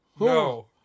No